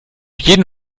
jeden